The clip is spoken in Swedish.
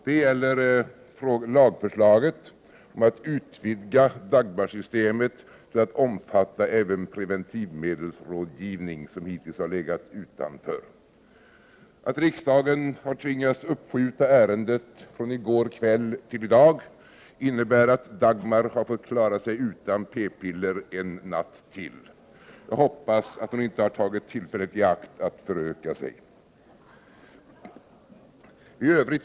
Det gäller lagförslaget om att utvidga Dagmarsystemet till att även omfatta preventivmedelsrådgivning, som hittills har legat utanför. Att riksdagen har tvingats uppskjuta ärendet från i går kväll till i dag, innebär att Dagmar har fått klara sig utan p-piller en natt till. Jag hoppas att hon inte har tagit tillfället i akt att föröka sig. Fru talman!